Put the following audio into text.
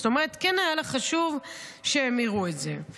זאת אומרת, כן היה לה חשוב שהם יראו את זה.